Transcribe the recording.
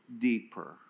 deeper